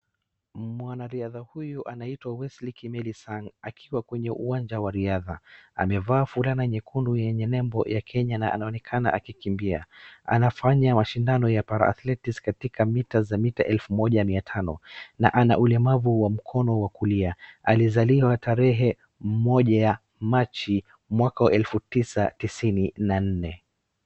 Mwana riadha huyu anaitwa Wesley Kimilisang' akiwa kwenye uwanja wa riadha, amevaa fulana nyekundu yenye nembwe ya Kenya na anaonekana akikimbia. Anafanya mashindano ya para - athletics katika mita za mita elfu moja mia tano, na ana ulemavu wa mkono wa kulia. Alizaliwa tarehe moja Machi mwaka wa elfu tisa tisini na nne.